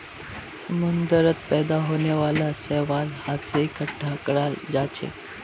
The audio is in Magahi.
समुंदरत पैदा होने वाला शैवाल हाथ स इकट्ठा कराल जाछेक